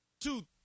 two